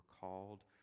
called